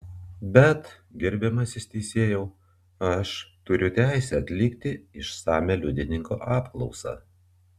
bet gerbiamasis teisėjau aš turiu teisę atlikti išsamią liudininko apklausą